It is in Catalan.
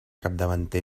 capdavanter